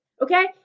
Okay